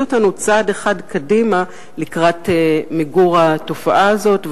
אותנו צעד אחד קדימה לקראת מיגור התופעה הזאת,